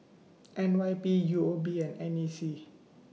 N Y P U O B and N A C